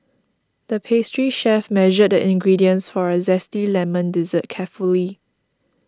the pastry chef measured the ingredients for a Zesty Lemon Dessert carefully